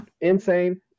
insane